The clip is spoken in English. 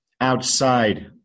outside